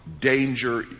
danger